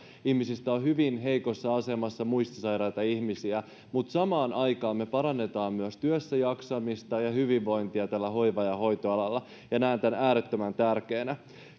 ihmisistä on hyvin heikossa asemassa on muistisairaita ihmisiä mutta samaan aikaan me parannamme myös työssäjaksamista ja hyvinvointia tällä hoiva ja hoitoalalla ja näen tämän äärettömän tärkeänä